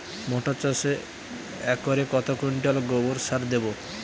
মটর চাষে একরে কত কুইন্টাল গোবরসার দেবো?